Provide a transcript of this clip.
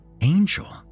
angel